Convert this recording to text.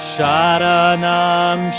Sharanam